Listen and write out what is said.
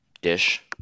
dish